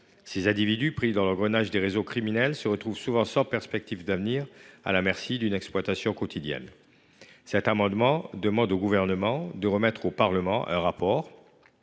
Ces individus pris dans l’engrenage des réseaux criminels se retrouvent souvent sans perspective d’avenir, à la merci d’une exploitation quotidienne. Nous demandons au Gouvernement de remettre au Parlement dans